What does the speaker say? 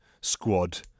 squad